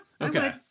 okay